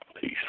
Peace